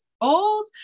old